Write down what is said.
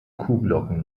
kuhglocken